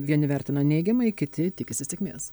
vieni vertina neigiamai kiti tikisi sėkmės